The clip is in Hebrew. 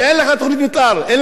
אין לך אזור תעשייה,